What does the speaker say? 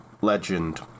legend